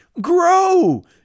Grow